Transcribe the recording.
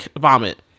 vomit